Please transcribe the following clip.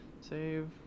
Save